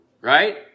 Right